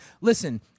Listen